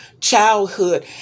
childhood